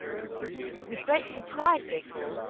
with great surprise therefore,